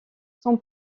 son